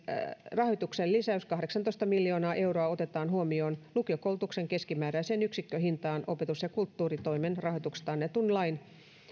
rahoituksen lisäys kahdeksantoista miljoonaa euroa otetaan huomioon lukiokoulutuksen keskimääräiseen yksikköhintaan opetus ja kulttuuritoimen rahoituksesta annetun lain